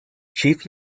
chief